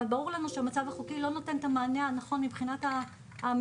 אבל ברור לנו שהמצב החוקי לא נותן את המענה הנכון מבחינת המטופלים,